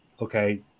okay